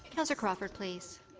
councillor crawford, please.